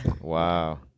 Wow